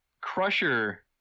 Crusher